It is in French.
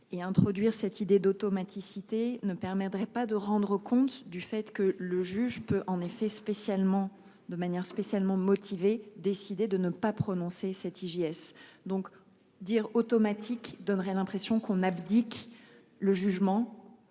et introduire cette idée d'automaticité ne permettrait pas de rendre compte du fait que le juge peut en effet spécialement de manière spécialement motivée décider de ne pas prononcer cette IGS donc dire automatique donnerait l'impression qu'on abdique le jugement.